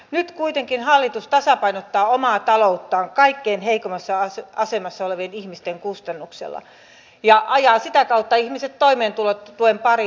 nyt kuitenkin hallitus tasapainottaa omaa talouttaan kaikkein heikoimmassa asemassa olevien ihmisten kustannuksella ja ajaa sitä kautta ihmiset toimeentulotuen pariin